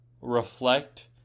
reflect